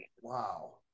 Wow